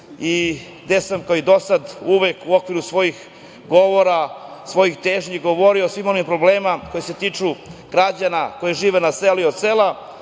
gde sam kao i do sada uvek u okviru svojih govora, svojih težnji govorio o svim onim problemima koji se tiču građana koji žive na selu i od sela.